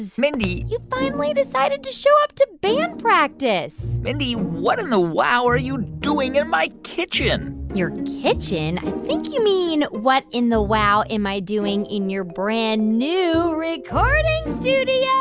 mindy you finally decided to show up to band practice mindy, what in the wow are you doing in my kitchen? your kitchen? i think you mean, what in the wow am i doing in your brand-new recording studio?